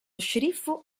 sceriffo